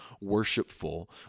worshipful